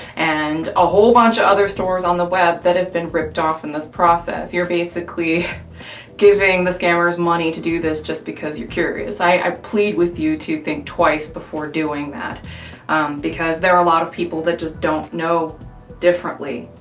and a whole bunch of other stores on the web that have been ripped off in this process, you're basically giving the scammers money to do this just because you're curious. i plead with you to think twice before doing that because there are a lot of people that just don't know differently,